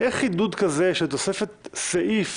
חידוד כזה, של תוספת סעיף